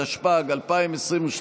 התשפ"ג 2022,